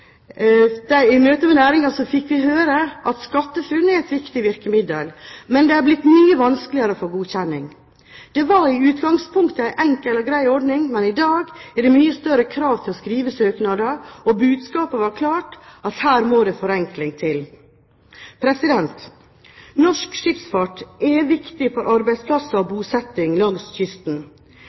de maritime bedriftene går inn i fornybarmarkeder som offshore vind. Det vil også være viktig å øke rammene for risikofinansiering i Innovasjon Norge. I møte med næringen fikk vi høre at SkatteFUNN er et viktig virkemiddel, men det har blitt mye vanskeligere å få godkjenning. Det var i utgangspunktet en enkel og grei ordning, men i dag er det mye større krav til å skrive søknader, og budskapet var klart: Her må det forenkling til. Norsk